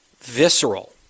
visceral